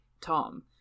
Tom